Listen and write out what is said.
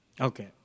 Okay